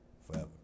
forever